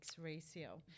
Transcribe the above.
ratio